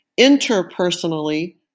interpersonally